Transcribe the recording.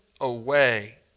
away